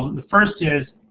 the first is